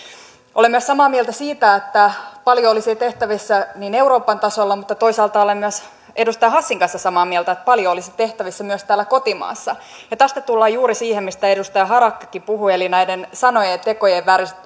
olen myös samaa mieltä siitä että paljon olisi tehtävissä euroopan tasolla mutta toisaalta olen myös edustaja hassin kanssa samaa mieltä että paljon olisi tehtävissä myös täällä kotimaassa ja tästä tullaan juuri siihen mistä edustaja harakkakin puhui eli näiden sanojen ja tekojen